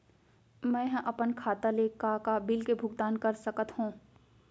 मैं ह अपन खाता ले का का बिल के भुगतान कर सकत हो